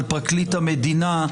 על פרקליט המדינה,